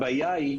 הבעיה היא,